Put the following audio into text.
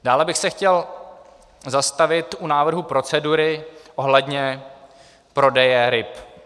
Dále bych se chtěl zastavit u návrhu procedury ohledně prodeje ryb.